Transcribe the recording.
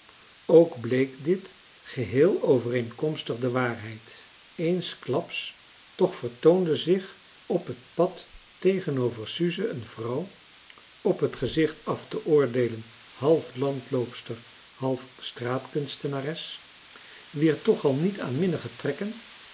ook bleek dit geheel overeenkomstig de waarheid eensklaps toch vertoonde zich op het pad tegenover suze een vrouw op het gezicht af te oordeelen half landloopster half straatkunstenares wier toch al niet aanminnige trekken